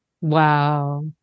Wow